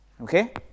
Okay